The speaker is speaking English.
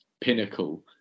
pinnacle